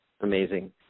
Amazing